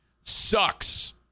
sucks